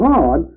God